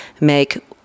make